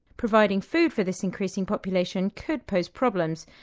providing food for this increasing population could pose problems,